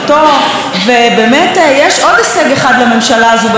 ובאמת יש עוד הישג אחד לממשלה הזו במשך ארבע שנים,